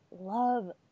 love